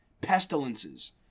pestilences